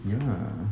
ya